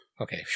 Okay